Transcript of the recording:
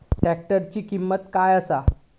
ट्रॅक्टराची किंमत काय आसा?